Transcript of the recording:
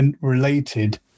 related